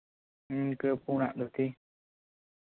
ᱦᱮᱸ ᱤᱱᱠᱟᱹ ᱯᱩᱲᱟᱜ ᱫᱷᱩᱛᱤ